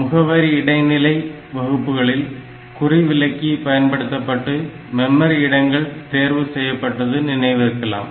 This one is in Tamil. முகவரி இடைநிலை வகுப்புகளில் குறிவிலக்கி பயன்படுத்தப்பட்டு மெமரி இடங்கள் தேர்வு செய்யப்பட்டது நினைவிருக்கலாம்